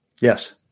Yes